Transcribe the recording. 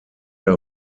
der